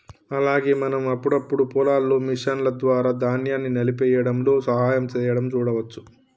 అలాగే మనం అప్పుడప్పుడు పొలాల్లో మిషన్ల ద్వారా ధాన్యాన్ని నలిపేయ్యడంలో సహాయం సేయడం సూడవచ్చు